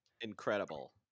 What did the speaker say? incredible